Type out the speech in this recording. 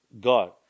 God